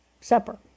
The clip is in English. supper